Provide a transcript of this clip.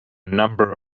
number